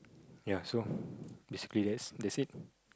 ya so basically that's that's it